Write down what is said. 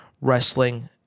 wrestling